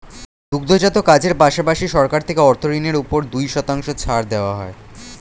দুগ্ধজাত কাজের পাশাপাশি, সরকার থেকে অর্থ ঋণের উপর দুই শতাংশ ছাড় দেওয়া হয়